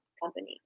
company